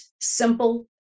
simple